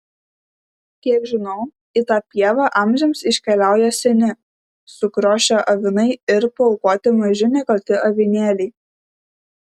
kiek žinau į tą pievą amžiams iškeliauja seni sukriošę avinai ir paaukoti maži nekalti avinėliai